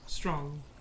strong